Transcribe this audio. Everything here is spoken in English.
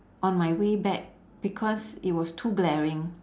on my way back because it was too glaring